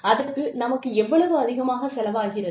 அதற்கு நமக்கு எவ்வளவு அதிகமாகச் செலவாகிறது